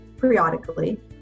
periodically